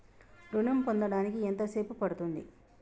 ఋణం పొందడానికి ఎంత సేపు పడ్తుంది?